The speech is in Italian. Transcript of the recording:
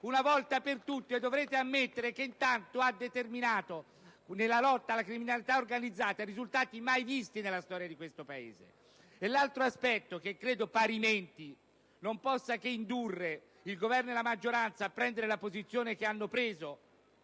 una volta per tutte, cari colleghi, dovrete ammettere ha determinato nella lotta alla criminalità organizzata risultati mai visti nella storia di questo Paese. L'altro aspetto che credo parimenti non possa che indurre il Governo e la maggioranza ad assumere la posizione che hanno